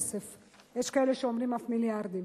יש כאלה שאומרים אף מיליארדים.